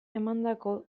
emandako